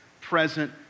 present